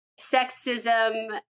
sexism